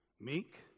meek